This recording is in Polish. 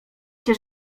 się